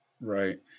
Right